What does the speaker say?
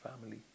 family